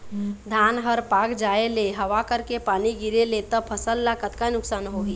धान हर पाक जाय ले हवा करके पानी गिरे ले त फसल ला कतका नुकसान होही?